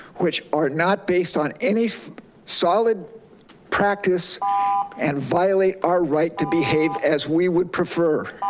which are not based on any solid practice and violate our right to behave as we would prefer.